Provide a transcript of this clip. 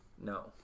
No